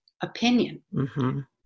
opinion